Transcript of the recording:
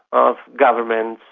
of governments,